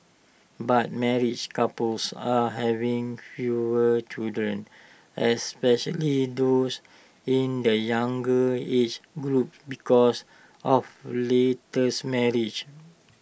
but married couples are having fewer children especially those in the younger age groups because of laters marriages